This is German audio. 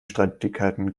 streitigkeiten